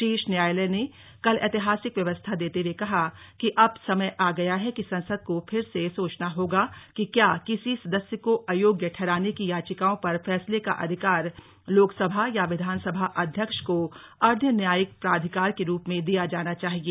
शीर्ष न्यायालय ने कल ऐतिहासिक व्यवस्था देते हुए कहा कि अब समय आ गया है कि संसद को फिर से सोचना होगा कि क्या किसी सदस्य को अयोग्य ठहराने की याचिकाओं पर फैसले का अधिकार लोकसभा या विधानसभा अध्यक्ष को अर्द्ध न्यायिक प्राधिकारी के रूप में दिया जाना चाहिए